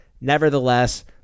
Nevertheless